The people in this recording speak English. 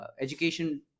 education